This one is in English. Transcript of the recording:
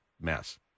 mess